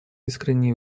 искренние